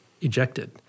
ejected